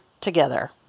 together